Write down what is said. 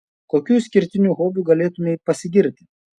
kokiu išskirtiniu hobiu galėtumei pasigirti